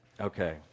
Okay